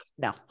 No